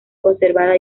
conservada